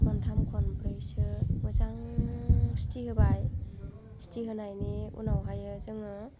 खनथाम खनब्रैसो मोजां सिति होबाय सिति होनायनि उनावहायो जोङो